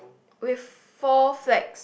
with four flag